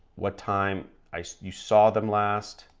what time i you saw them last.